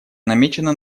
намечена